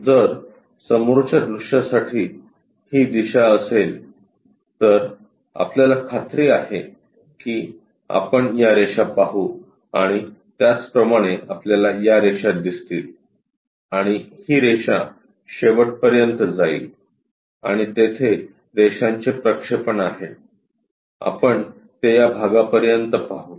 जर समोरच्या दृश्यासाठी ही दिशा असेल तर आपल्याला खात्री आहे की आपण या रेषा पाहु आणि त्याच प्रमाणे आपल्याला या रेषा दिसतील आणि ही रेषा शेवटपर्यंत जाईल आणि तेथे रेषांचे प्रक्षेपण आहे आपण ते या भागापर्यंत पाहू